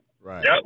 Right